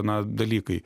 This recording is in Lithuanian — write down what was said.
na dalykai